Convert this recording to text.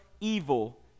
evil